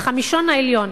החמישון העליון,